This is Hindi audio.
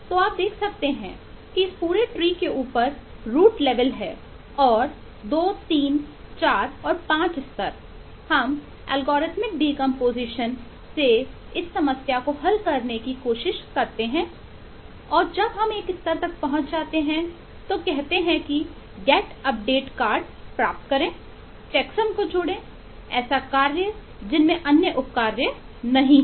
तो आप देख सकते हैं कि इस पूरे ट्री को जोड़ें ऐसे कार्य जिनमें अन्य उप कार्य नहीं हैं